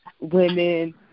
women